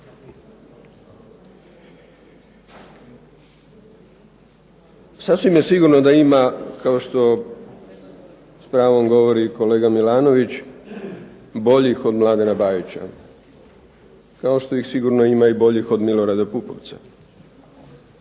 Sasvim je sigurno da ima kao što s pravom govori kolega Milanović boljih od Mladena Bajića kao što ih sigurno ima boljih od Milorada Pupovca,